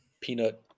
peanut